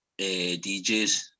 DJs